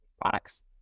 products